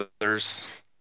others